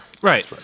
right